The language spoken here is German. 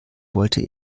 wollte